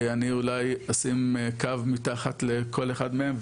אני אולי אשים קו מתחת לכל אחד מהם,